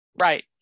Right